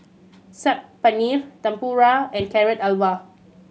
Saag Paneer Tempura and Carrot Halwa